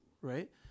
right